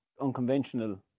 unconventional